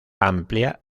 amplia